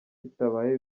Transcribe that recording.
bitabaye